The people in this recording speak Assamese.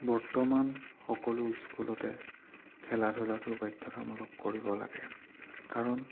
বৰ্তমান সকলো স্কুলতে খেলা ধূলাটো বাধ্যতামূলক কৰিব লাগে কাৰণ